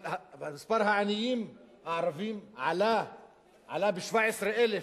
אבל מספר העניים הערבים עלה ב-17,000.